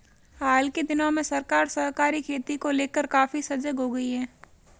हाल के दिनों में सरकार सहकारी खेती को लेकर काफी सजग हो गई है